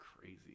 crazy